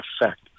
effect